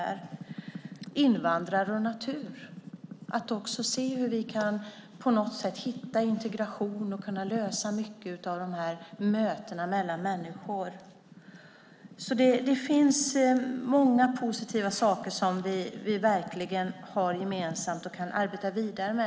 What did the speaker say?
Det gäller också invandrare och natur och att se hur vi på något sätt kan hitta integration och lösa många av de här mötena mellan människor. Det finns många positiva saker som vi verkligen har gemensamt och kan arbeta vidare med.